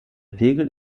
pegel